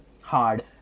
hard